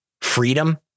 freedom